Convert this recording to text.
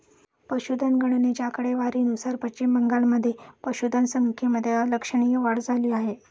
पशुधन गणनेच्या आकडेवारीनुसार पश्चिम बंगालमध्ये पशुधन संख्येमध्ये लक्षणीय वाढ झाली आहे